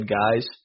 guys